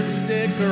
stick